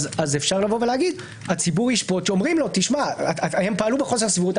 אפשר להגיד שהציבור ישפוט כשאומרים לו שהם פעלו בחוסר סבירות,